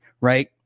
right